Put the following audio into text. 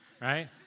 right